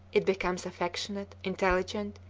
it becomes affectionate, intelligent,